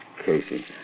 Casey